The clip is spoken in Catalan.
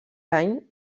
any